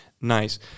nice